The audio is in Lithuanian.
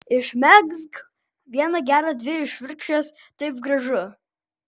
išmegzk vieną gerą dvi išvirkščias taip gražu